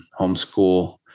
homeschool